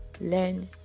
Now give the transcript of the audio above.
learn